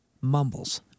mumbles